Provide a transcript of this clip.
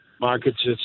markets